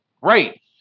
Right